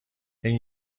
این